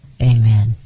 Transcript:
Amen